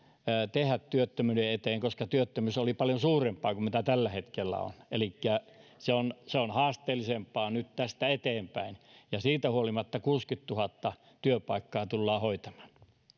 tehdä työttömyyden eteen koska työttömyys oli paljon suurempaa kuin tällä hetkellä elikkä se on se on haasteellisempaa nyt tästä eteenpäin ja siitä huolimatta kuusikymmentätuhatta työpaikkaa tullaan hoitamaan